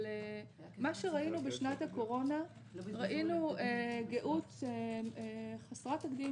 אבל בשנת הקורונה ראינו גאות חסרת תקדים